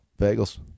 bagels